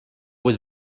was